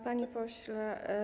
Panie Pośle!